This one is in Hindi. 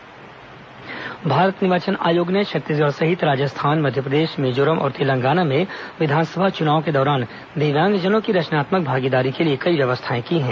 निर्वाचन आयोग दिव्यांगजन भारत निर्वाचन आयोग ने छत्तीसगढ़ सहित राजस्थान मध्यप्रदेश मिजोरम और तेलंगाना में विधानसभा चुनाव के दौरान दिव्यांगजनों की रचनात्मक भागीदारी के लिए कई व्यवस्थाएं की हैं